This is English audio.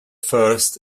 first